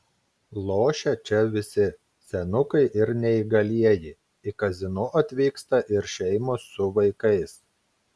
lošia čia visi senukai ir neįgalieji į kazino atvyksta ir šeimos su vaikais